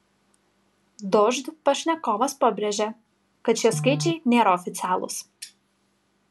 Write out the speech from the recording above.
dožd pašnekovas pabrėžė kad šie skaičiai nėra oficialūs